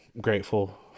grateful